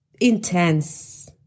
intense